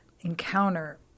encounter